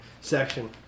section